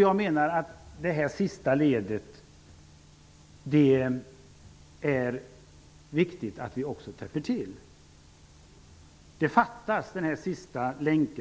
Jag menar att det är viktigt att vi också täpper till det sista ledet.